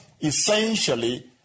essentially